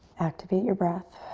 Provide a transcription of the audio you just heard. activate your breath.